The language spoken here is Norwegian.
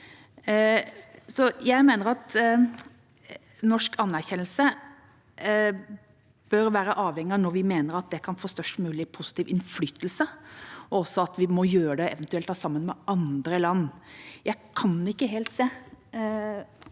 Jeg mener at norsk anerkjennelse bør være avhengig av når vi mener at det kan få størst mulig positiv innflytelse, og at vi eventuelt må gjøre det sammen med andre land. Jeg kan ikke helt se